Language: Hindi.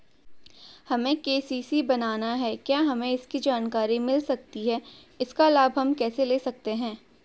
हमें के.सी.सी बनाना है क्या हमें इसकी जानकारी मिल सकती है इसका लाभ हम कैसे ले सकते हैं?